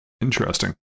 Interesting